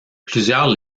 plusieurs